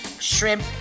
shrimp